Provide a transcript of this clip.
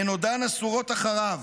הן עודן אסורות אחריו,